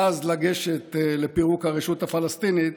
ואז לגשת לפירוק הרשות הפלסטינית.